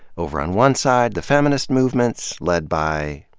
over on one side, the feminist movements. led by,